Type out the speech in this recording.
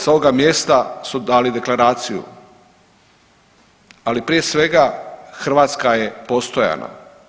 Sa ovoga mjesta su dali deklaraciju, ali prije svega Hrvatska je postojana.